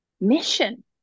mission